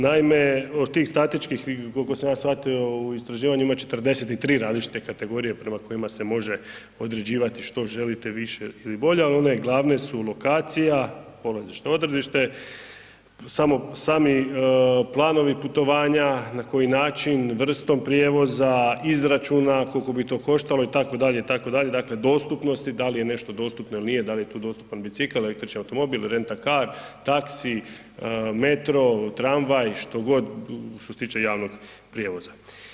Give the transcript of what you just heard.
Naime, od tih statičkih koliko sam shvatio, u istraživanjima, 43 različite kategorije prema kojima se može određivati što želite više ili bolje ali one glavne su lokacije, polazište, odredište, sami planovi putovanja, na koji način, vrstom prijevoza, izračuna koliko bi to koštalo itd., itd., dakle dostupnosti da li je nešto dostupno ili nije, da li je tu dostupan bicikl, električan automobil, rent a car, taxi, metro, tramvaj, što god što se tiče javnog prijevoza.